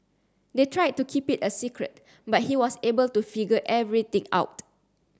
they tried to keep it a secret but he was able to figure everything out